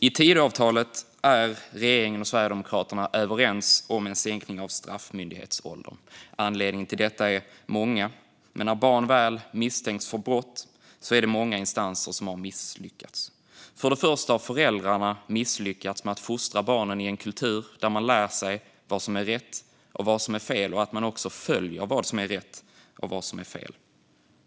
I Tidöavtalet är regeringen och Sverigedemokraterna överens om en sänkning av straffmyndighetsåldern. Anledningarna till detta är många. När barn väl misstänks för brott är det många instanser som har misslyckats. För det första har föräldrarna misslyckats med att fostra barnen i en kultur där man lär sig vad som är rätt och fel, och också följer vad som är rätt och fel.